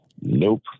Nope